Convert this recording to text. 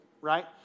right